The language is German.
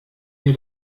mir